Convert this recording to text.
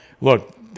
look